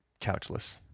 couchless